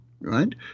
right